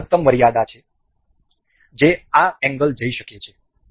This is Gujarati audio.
આ મહત્તમ મર્યાદા છે જે આ એંગલ જઈ શકે છે